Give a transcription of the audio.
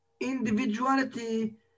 Individuality